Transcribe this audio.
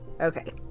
Okay